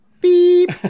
beep